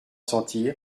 sentir